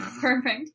Perfect